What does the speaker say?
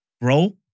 Bro